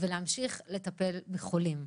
ולהמשיך לטפל בחולים.